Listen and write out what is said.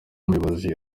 umuyobozi